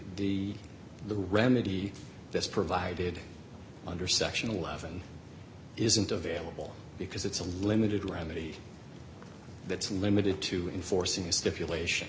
the remedy this provided under section eleven isn't available because it's a limited remedy that's limited to enforcing the stipulation